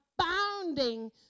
abounding